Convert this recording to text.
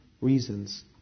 reasons